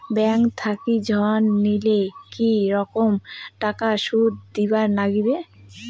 Bank থাকি ঋণ নিলে কি রকম টাকা সুদ দিবার নাগিবে?